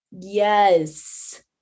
Yes